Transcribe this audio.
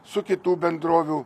su kitų bendrovių